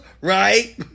right